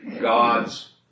God's